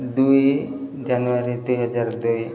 ଦୁଇ ଜାନୁଆରୀ ଦୁଇହଜାର ଦୁଇ